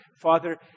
Father